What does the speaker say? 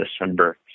December